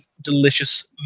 delicious